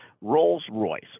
Rolls-Royce